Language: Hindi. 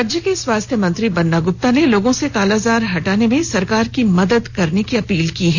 राज्य के स्वास्थ्य मंत्री बन्ना गुप्ता ने लोगों से कालाजार को हटाने में सरकार की मदद करने की अपील की है